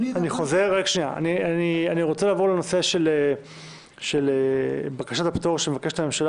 אני רוצה לעבור לנושא של בקשת הפטור שמבקשת הממשלה,